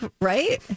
right